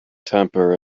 temper